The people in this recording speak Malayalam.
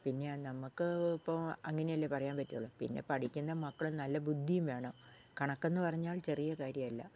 പിന്നെ നമുക്ക് ഇപ്പോൾ അങ്ങനെയല്ലേ പറയാൻ പറ്റുള്ളൂ പിന്നെ പഠിക്കുന്ന മക്കള് നല്ല ബുദ്ധിയും വേണം കണക്കെന്ന് പറഞ്ഞാൽ ചെറിയ കാര്യമല്ല